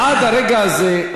עד הרגע הזה,